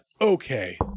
Okay